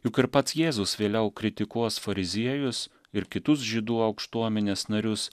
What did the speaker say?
juk ir pats jėzus vėliau kritikuos fariziejus ir kitus žydų aukštuomenės narius